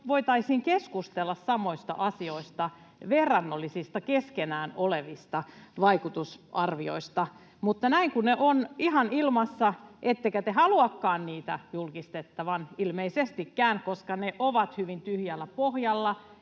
voitaisiin keskustella samoista asioista, keskenään verrannollisista vaikutusarvioista? Mutta näin, kun ne ovat ihan ilmassa — ettekä te haluakaan niitä julkistettavan ilmeisestikään, koska ne ovat hyvin tyhjällä pohjalla